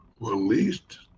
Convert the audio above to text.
released